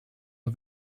the